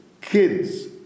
kids